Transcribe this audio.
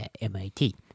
MIT